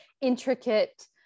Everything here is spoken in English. intricate